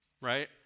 right